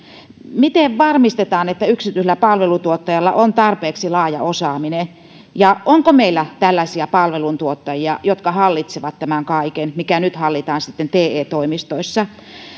miten varmistetaan että yksityisellä palveluntuottajalla on tarpeeksi laaja osaaminen ja onko meillä tällaisia palveluntuottajia jotka hallitsevat tämän kaiken mikä nyt hallitaan te toimistoissa